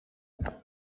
reste